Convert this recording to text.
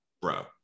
bro